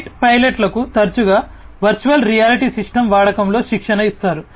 fight పైలట్లకు తరచుగా virtual reality systems వాడకంలో శిక్షణ ఇస్తారు